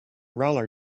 roller